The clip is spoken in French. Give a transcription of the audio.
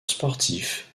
sportif